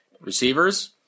Receivers